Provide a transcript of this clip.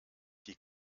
die